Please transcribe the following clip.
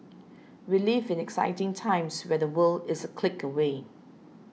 we live in exciting times where the world is a click away